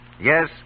Yes